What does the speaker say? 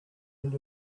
end